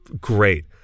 Great